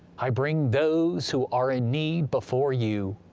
i bring those who are in need before you.